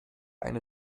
eine